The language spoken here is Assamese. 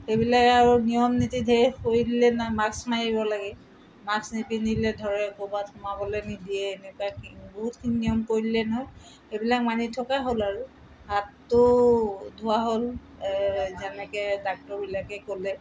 সেইবিলাকে আৰু নিয়ম নীতি ধেৰ কৰি দিলে ন মাস্ক মাৰিব লাগে মাস্ক নিপিন্ধিলে ধৰে ক'ৰবাত সোমাবলৈ নিদিয়ে এনেকুৱা বহুতখিনি নিয়ম কৰিলে নহয় সেইবিলাক মানি থকা হ'ল আৰু হাতটো ধোৱা হ'ল যেনেকৈ ডাক্টৰবিলাকে ক'লে